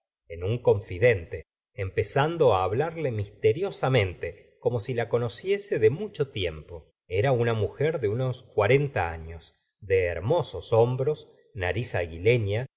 en un confidente empezando hablarle misteriosamente como si la conociese de mucho tiempo era una mujer de unos cuarenta años de hermosos hombros nariz aguileña